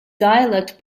dialect